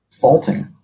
faulting